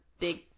big